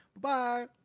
bye